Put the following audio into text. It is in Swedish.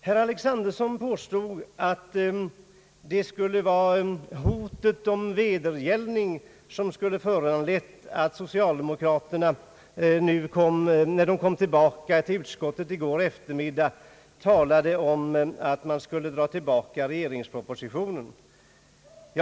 Herr Alexanderson förmodade att det var hotet om vedergällning som hade föranlett socialdemokraterna att, när de kom tillbaka till utskottet i går eftermiddag, tala om att dra tillbaka regeringspropositionen.